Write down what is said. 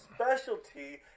specialty